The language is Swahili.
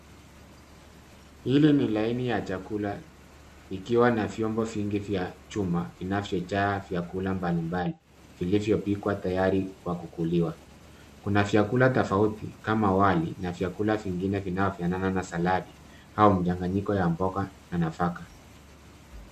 Hili ni laini ya chakula, ikiwa na vyombo vingi vya chuma vinavyojaa vyakula mbali mbali, vilivyopikwa tayari kwa kukuliwa. Kuna vyakula tofauti, kama wali na vyakula vingine vinaofanana na saladi au mchanganyiko ya mboga na nafaka.